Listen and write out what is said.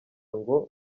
ngo